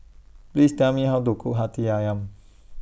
Please Tell Me How to Cook Hati Ayam